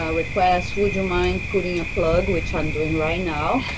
ah request would you mind putting a plug, which i'm doing right now,